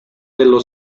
dello